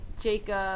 Jacob